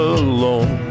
alone